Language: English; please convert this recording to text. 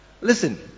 Listen